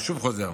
אני שוב חוזר: